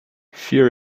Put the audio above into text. fear